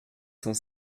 cent